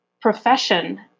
profession